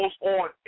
on